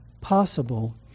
possible